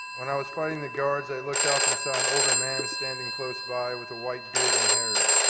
when i was fighting the guards i looked up and saw an older man standing close by with a white beard and hair.